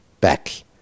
back